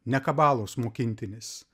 ne kabalos mokintinis